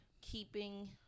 keeping